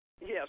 Yes